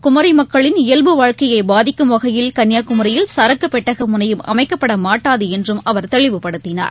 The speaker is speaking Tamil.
குமரிமக்களின் இயல்பு வாழ்க்கையைபாதிக்கும் வகையில் கன்னியாகுமரியில் சரக்குபெட்டகழுனையம் அமைக்கப்படமாட்டாதுஎன்றும் அவர் தெளிவுப்படுத்தினார்